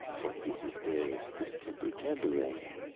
what is it dares distemper tamburlaine?